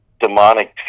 demonic